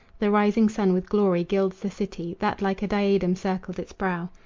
the rising sun with glory gilds the city that like a diadem circled its brow,